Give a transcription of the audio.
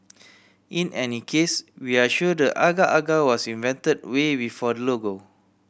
in any case we are sure the agar agar was invented way before the logo